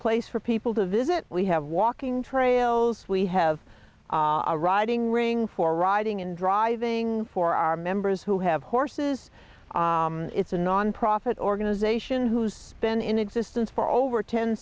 place for people to visit we have walking trails we have a riding ring for riding and driving for our members who have horses is a nonprofit organization who's been in existence for over ten